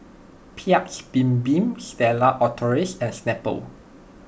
Paik's Bibim Stella Artois and Snapple